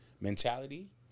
mentality